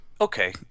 Okay